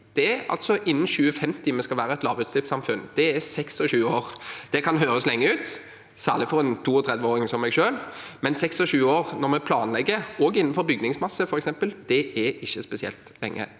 2050 vi skal være et lavutslippssamfunn. Det er om 26 år. Det kan høres lenge ut, særlig for en 32-åring som meg, men 26 år når vi planlegger, også innenfor bygningsmasse f.eks., er ikke spesielt lenge.